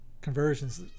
conversions